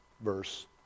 verse